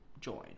join